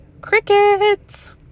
Crickets